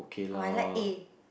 or I like eh